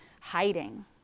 hiding